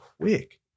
quick